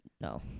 No